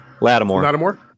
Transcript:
Lattimore